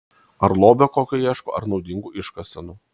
ar lobio kokio ieško ar naudingų iškasenų